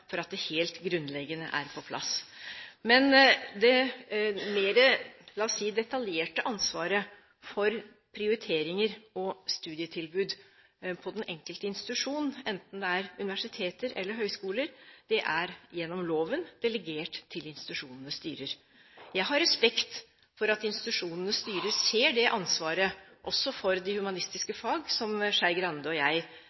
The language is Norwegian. for at det helt grunnleggende er på plass. Men det – la oss si – mer detaljerte ansvaret for prioriteringer og studietilbud ved den enkelte institusjon, enten det er universiteter eller høyskoler, er gjennom loven delegert til institusjonenes styrer. Jeg har respekt for at institusjonenes styrer ser det ansvaret, også for de